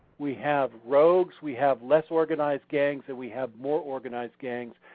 we have rogues, we have less organized gangs, and we have more organized gangs.